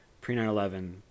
pre-9-11